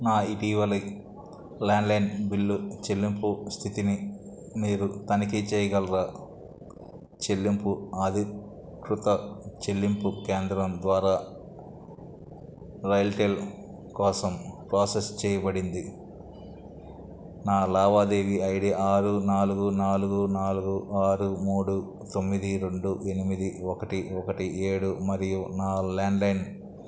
నా ఇటీవలి landline bill చెల్లింపు స్థితిని మీరు తనిఖీ చేయగలరా చెల్లింపు అధీకృత చెల్లింపు కేంద్రం ద్వారా రైల్టెల్ కోసం ప్రోసెస్ చేయబడింది నా లావాదేవీ ఐ డీ ఆరు నాలుగు నాలుగు నాలుగు ఆరు మూడు తొమ్మిది రెండు ఎనిమిది ఒకటి ఒకటి ఏడు మరియు నా ల్యాండ్లైన్